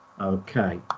Okay